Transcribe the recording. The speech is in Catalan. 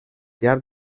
llarg